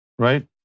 Right